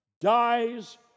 dies